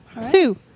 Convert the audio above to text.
Sue